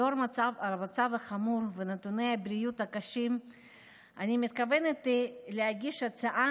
לאור האמור ונתוני הבריאות הקשים אני מתכוונת להגיש הצעה